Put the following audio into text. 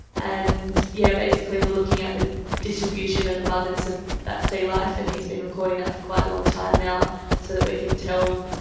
and yeah basically we were looking at the distribution and abundance of that sea life and he's been recording that for quite a long time now so that we can tell,